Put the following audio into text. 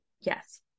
Yes